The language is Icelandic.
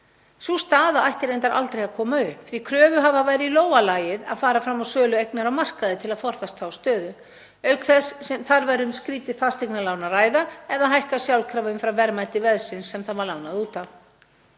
Sú staða ætti reyndar aldrei að koma upp því kröfuhafa væri í lófa lagið að fara fram á sölu eignar á markaði til að forðast þá stöðu, auk þess sem þar væri um skrýtið fasteignalán að ræða ef það hækkar sjálfkrafa umfram verðmæti veðsins sem það var lánað út á.